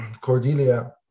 Cordelia